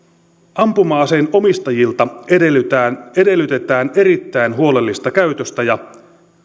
ampuma aseen omistajilta edellytetään edellytetään erittäin huolellista käytöstä ja